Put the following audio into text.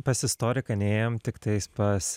pas istoriką nėjom tiktais pas